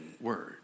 word